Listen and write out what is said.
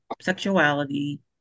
sexuality